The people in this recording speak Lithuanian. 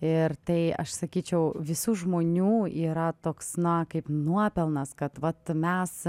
ir tai aš sakyčiau visų žmonių yra toks na kaip nuopelnas kad vat mes